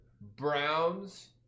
Browns